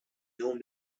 يوم